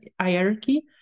hierarchy